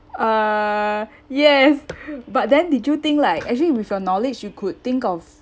uh yes but then did you think like actually with your knowledge you could think of